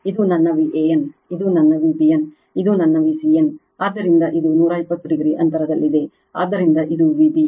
ಇದು ನನ್ನ Van ಇದು ನನ್ನ Vbn ಇದು ನನ್ನ Vcn ಆದ್ದರಿಂದ ಇದು 120 o ಅಂತರದಲ್ಲಿದೆ ಆದ್ದರಿಂದ ಇದು Vbn